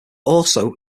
also